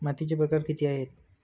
मातीचे प्रकार किती आहेत?